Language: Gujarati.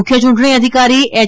મુખ્ય ચૂંટણી અધિકારી એચ